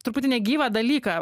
truputį negyvą dalyką